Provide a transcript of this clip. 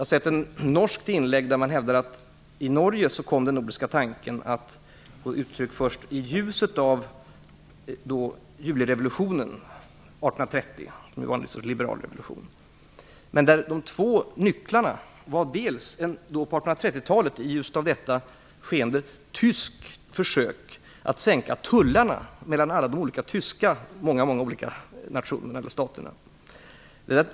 I ett norskt inlägg i debatten hävdas att den nordiska tanken kom till uttryck i "nycklar" nämndes. Det ena källsprånget var ett tyskt försök att sänka tullarna mellan alla de olika tyska staterna.